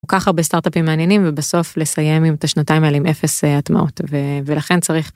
ככה בסטארטאפים מעניינים ובסוף לסיים עם את השנתיים האלה עם אפס הטמעות ולכן צריך.